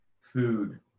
food